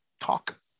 Talk